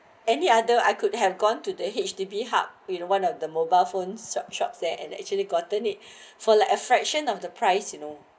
any other I could have gone to the H_D_B hub with one of the mobile phones sweatshops there and actually gotten it for like a fraction of the price you know